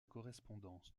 correspondance